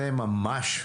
זה ממש,